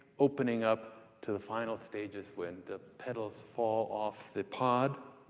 opening up, to the final stages when the petals fall off the pod.